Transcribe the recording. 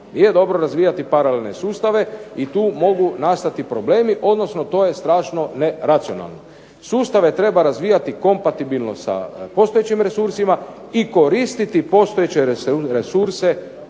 Nije dobro razvijati paralelne sustave i tu mogu nastati problemi, odnosno to je strašno neracionalno. Sustave treba razvijati kompatibilno sa postojećim resursima i koristiti postojeće resurse